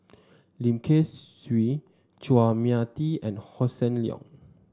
Lim Kay Siu Chua Mia Tee and Hossan Leong